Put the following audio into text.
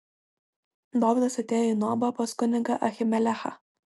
dovydas atėjo į nobą pas kunigą ahimelechą